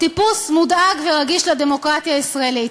טיפוס מודאג ורגיש לדמוקרטיה הישראלית.